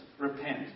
Repent